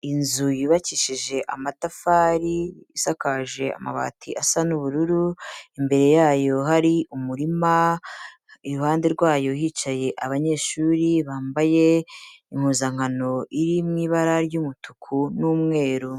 Inzu yubakishije amatafari, isakaje amabati asa n'ubururu, imbere yayo hari umurima, iruhande rwayo hicaye abanyeshuri bambaye impuzankano iri mu ibara ry'umutuku n'umweru.